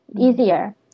easier